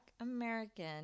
American